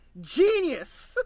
Genius